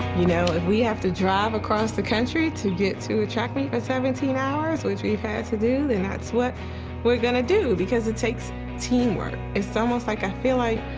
you know, if we have to drive across the country to get to a track meet for seventeen hours, which we had to do, and that's what we're gonna do because it takes teamwork. it's almost like, i feel, like,